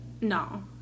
No